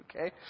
Okay